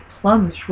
plums